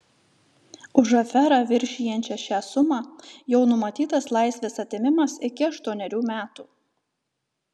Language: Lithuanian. už aferą viršijančią šią sumą jau numatytas laisvės atėmimas iki aštuonerių metų